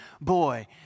boy